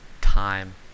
time